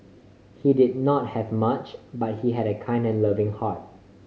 he did not have much but he had a kind and loving heart